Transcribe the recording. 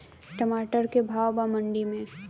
टमाटर का भाव बा मंडी मे?